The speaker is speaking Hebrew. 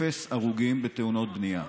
אפס הרוגים בתאונות בנייה.